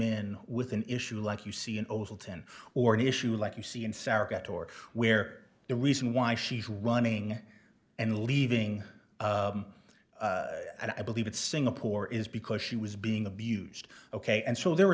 in with an issue like you see an oval ten or an issue like you see in sauerkraut or where the reason why she's running and leaving i believe it's singapore is because she was being abused ok and so there